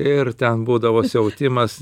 ir ten būdavo siautimas